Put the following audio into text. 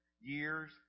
years